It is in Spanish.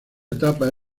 etapa